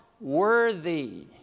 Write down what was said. worthy